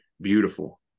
beautiful